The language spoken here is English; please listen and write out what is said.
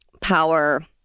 power